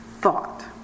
thought